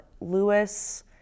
Lewis